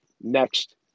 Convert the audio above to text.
next